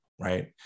right